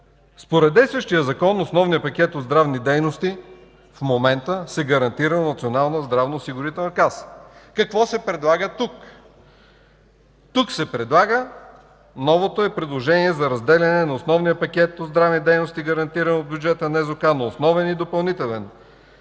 Според действащия Закон основният пакет от здравни дейности в момента се гарантира от Националната здравноосигурителна каса. Какво се предлага тук? Новото предложение е за разделяне на основния пакет от здравни дейности, гарантирани от бюджета на НЗОК, на основен и допълнителен